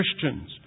Christians